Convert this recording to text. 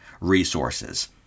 resources